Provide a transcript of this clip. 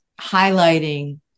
highlighting